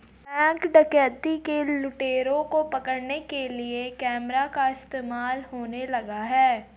Bank डकैती के लुटेरों को पकड़ने के लिए कैमरा का इस्तेमाल होने लगा है?